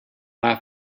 laugh